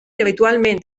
habitualment